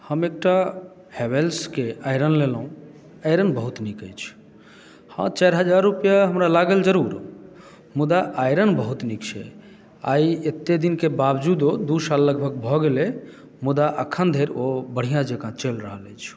हम एकटा हैवेल्स केँ आइरन लेलहुँ आयरन बहुत नीक अछि हँ चारि हजार रुपैआ हमरा लागल जरुर मुदा आयरन बहुत नीक छै आइ एते दिनकेँ वावजूदो दू साल लगभग भऽ गेलै मुदा अखन धरि ओ बढ़िऑं जकाँ चलि रहल अछि